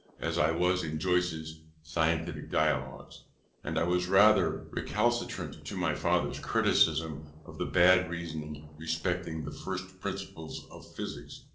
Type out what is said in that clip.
as i was in joyce's scientific dialogues and i was rather recalcitrant to my father's criticisms of the bad reasoning respecting the first principles of physics,